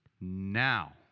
Now